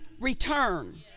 return